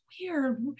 weird